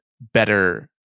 better